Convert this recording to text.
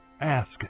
Ask